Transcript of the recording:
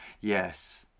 Yes